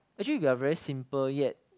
actually we are very simple yet